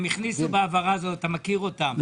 אתה מכיר אותם,